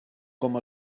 com